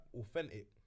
authentic